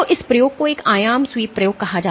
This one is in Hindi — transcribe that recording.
तो इस प्रयोग को एक आयाम स्वीप प्रयोग कहा जाता है